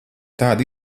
tāda